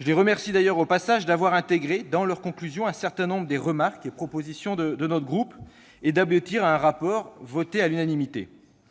Je les remercie, au passage, d'avoir intégré dans leurs conclusions un certain nombre des remarques et propositions de mon groupe et d'avoir réussi à élaborer un rapport approuvé à l'unanimité.